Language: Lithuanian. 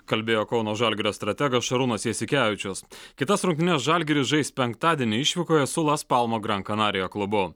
kalbėjo kauno žalgirio strategas šarūnas jasikevičius kitas rungtynes žalgiris žais penktadienį išvykoje su las palmo grankanarija klubu